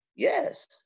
Yes